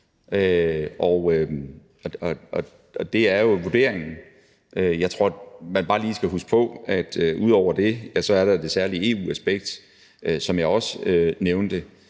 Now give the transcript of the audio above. der er blevet foretaget. Jeg tror bare, man lige skal huske på, at der ud over det også er det særlige EU-aspekt, som jeg også nævnte.